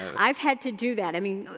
i've had to do that. i mean,